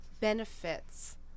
benefits